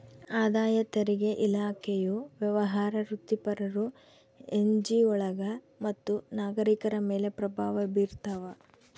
ಆದಾಯ ತೆರಿಗೆ ಇಲಾಖೆಯು ವ್ಯವಹಾರ ವೃತ್ತಿಪರರು ಎನ್ಜಿಒಗಳು ಮತ್ತು ನಾಗರಿಕರ ಮೇಲೆ ಪ್ರಭಾವ ಬೀರ್ತಾವ